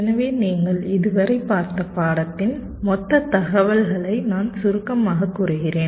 எனவே நீங்கள் இதுவரை பார்த்த பாடத்தின் மொத்த தகவல்களை நான் சுருக்கமாகக் கூறுகிறேன்